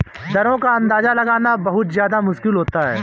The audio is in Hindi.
दरों का अंदाजा लगाना बहुत ज्यादा मुश्किल होता है